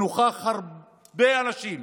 שנכחו בה הרבה אנשים.